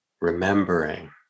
remembering